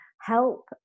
help